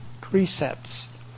precepts